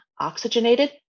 oxygenated